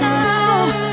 now